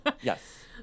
Yes